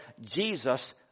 Jesus